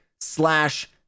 slash